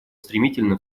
стремительно